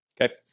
Okay